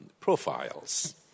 Profiles